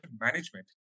management